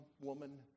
woman